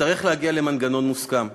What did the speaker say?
נצטרך להגיע למנגנון מוסכם.